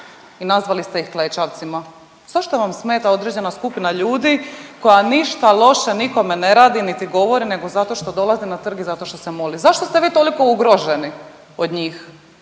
i nazvali ste ih klečavcima. Zašto vam smeta određena skupina ljudi koja ništa loše nikome ne radi, niti govori nego zato što dolazi na trg i zato što se moli. Zašto ste vi toliko ugroženi od njih